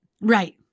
Right